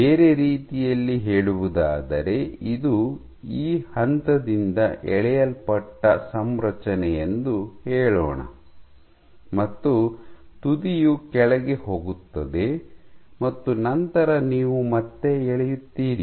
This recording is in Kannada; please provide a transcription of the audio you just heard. ಬೇರೆ ರೀತಿಯಲ್ಲಿ ಹೇಳುವುದಾದರೆ ಇದು ಈ ಹಂತದಿಂದ ಎಳೆಯಲ್ಪಟ್ಟ ಸಂರಚನೆ ಎಂದು ಹೇಳೋಣ ಮತ್ತು ತುದಿಯು ಕೆಳಗೆ ಹೋಗುತ್ತದೆ ಮತ್ತು ನಂತರ ನೀವು ಮತ್ತೆ ಎಳೆಯುತ್ತೀರಿ